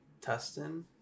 Tustin